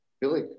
Billy